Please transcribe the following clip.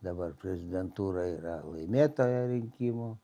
dabar prezidentūra yra laimėtoja rinkimų